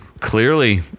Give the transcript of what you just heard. clearly